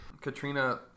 Katrina